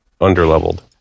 under-leveled